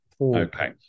Okay